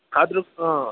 ಆದರೂ